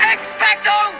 Expecto